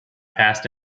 passed